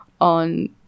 on